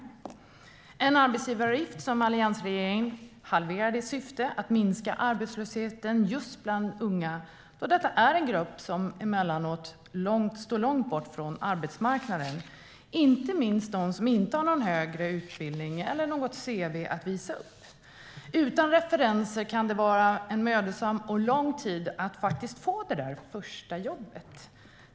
Alliansregeringen halverade arbetsgivaravgifterna för unga i syfte att minska arbetslösheten just bland unga, då detta är en grupp som emellanåt står långt bort från arbetsmarknaden, inte minst de som inte har någon högre utbildning eller något cv att visa upp. Utan referenser kan det vara en mödosam och lång tid innan unga faktiskt får det där första jobbet.